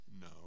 No